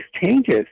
changes